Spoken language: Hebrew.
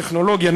טכנולוגיה,